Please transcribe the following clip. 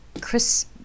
Chris